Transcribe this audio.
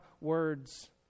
words